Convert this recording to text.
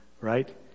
right